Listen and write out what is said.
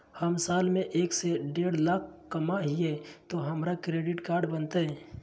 हम साल में एक से देढ लाख कमा हिये तो हमरा क्रेडिट कार्ड बनते?